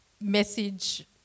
message